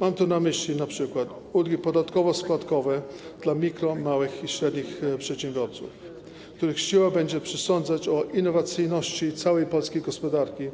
Mam tu na myśli np. ulgi podatkowo-składkowe dla mikro-, małych i średnich przedsiębiorców, których siła będzie przesądzać o innowacyjności całej polskiej gospodarki